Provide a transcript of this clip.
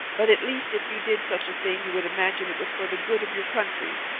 but at least if you did such a thing you would imagine it was for the good of your country,